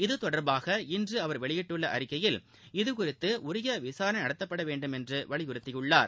இத்தொடர்பாக இன்று அவர் வெளியிட்டுள்ள அறிக்கையில் இதுகுறித்து உரிய விசாரணை நடத்தப்பட வேண்டுமென்றும் வலியுறுத்தியுள்ளார்